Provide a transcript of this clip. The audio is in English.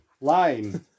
line